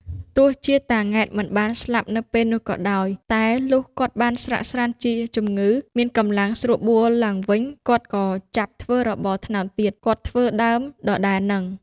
ទោះជាតា ង៉ែតមិនបានស្លាប់នៅពេលនោះក៏ដោយ តែលុះគាត់បានស្រាកស្រាន្តជាជំងឺ មានកម្លាំងស្រួលបួលឡើងវិញ គាត់ក៏ ចាប់ធ្វើរបរត្នោតទៀត គាត់ធ្វើដើមដដែលហ្នឹង ។